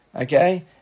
Okay